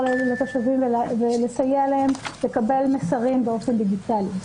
לתושבים ולסייע להם לקבל מסרים באופן דיגיטלי.